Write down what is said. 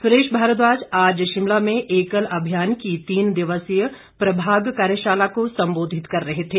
सुरेश भारद्वाज आज शिमला में एकल अभियान की तीन दिवसीय प्रभाग कार्यशाला को सम्बोधित कर रहे थे